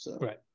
Right